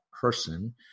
person